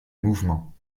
mouvement